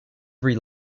every